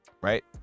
right